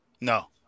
No